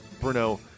Bruno